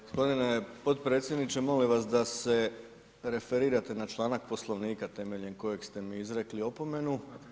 Gospodine potpredsjedniče molim vas da se referirate na članak Poslovnika temeljem kojeg ste mi izrekli opomenu.